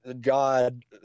God